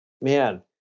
man